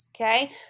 okay